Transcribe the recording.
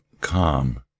calm